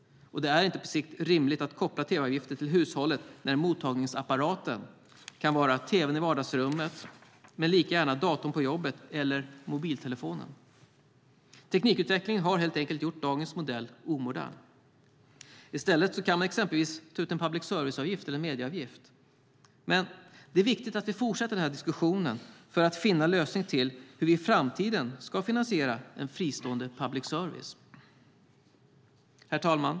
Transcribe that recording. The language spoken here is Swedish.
På sikt är det inte rimligt att koppla tv-avgiften till hushållet när mottagningsapparaten kan vara tv:n i vardagsrummet men lika gärna datorn på jobbet eller mobiltelefonen. Teknikutvecklingen har helt enkelt gjort dagens modell omodern. I stället kan man exempelvis ta ut en public service-avgift eller en medieavgift. Det är viktigt att vi fortsätter den här diskussionen för att finna en lösning på hur vi i framtiden ska finansiera en fristående public service. Herr talman!